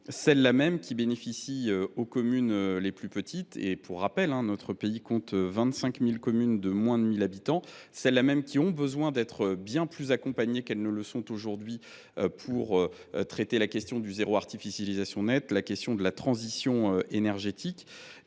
celle là même qui bénéficie aux communes les plus petites. Notre pays compte 25 000 communes de moins de 1 000 habitants, qui ont besoin d’être bien plus accompagnés qu’elles ne le sont aujourd’hui pour traiter la question du zéro artificialisation nette (ZAN) ou celle de la transition énergétique.